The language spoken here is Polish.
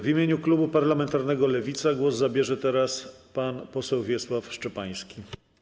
W imieniu klubu parlamentarnego Lewica głos zabierze teraz pan poseł Wiesław Szczepański.